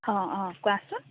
অঁ অঁ কোৱাচোন